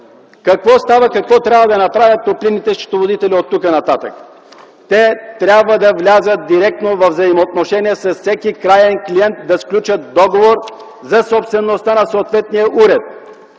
въпроса: какво трябва да направят топлинните счетоводители оттук нататък? Те трябва да влязат директно във взаимоотношение с всеки краен клиент да сключат договор за собствеността на съответния уред.